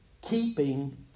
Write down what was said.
Keeping